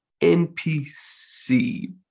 NPC